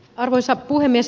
arvoisa puhemies